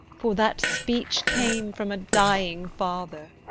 for that speech came from a dying father.